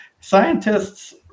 scientists